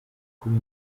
kuba